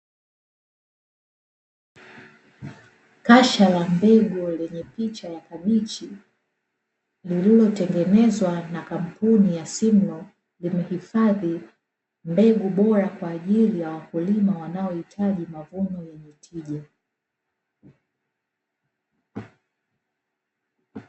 Kasha la mbegu lenye picha ya kabichi, lililotengenezwa na kampuni ya "SIMLAW", limehifadhi mbegu bora kwa ajili ya wakulima wanaohitaji mavuno yenye tija.